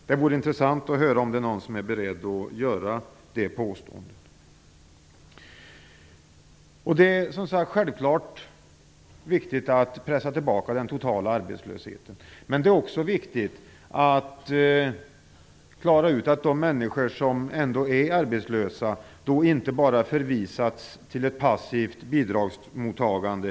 Det vore intressant att höra om någon är beredd att göra det påståendet. Det är som sagt självklart viktigt att pressa tillbaka den totala arbetslösheten. Men det är också viktigt att klara ut att de människor som är arbetslösa inte bara skall förvisas till ett passivt bidragsmottagande.